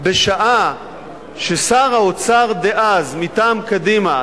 בשעה ששר האוצר דאז מטעם קדימה,